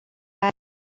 بعده